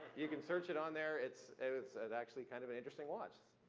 you can search it on there, it's it's and actually kind of an interesting watch,